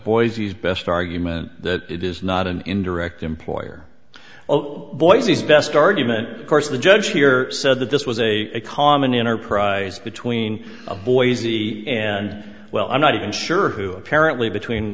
boise's best argument that it is not an indirect employer boise's best argument course the judge here said that this was a common enterprise between boys the and well i'm not even sure who apparently between